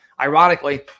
ironically